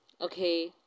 Okay